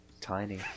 tiny